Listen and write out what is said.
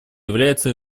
является